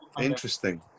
Interesting